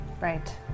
Right